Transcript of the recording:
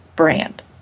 brand